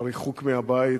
הריחוק מהבית